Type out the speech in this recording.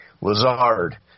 Lazard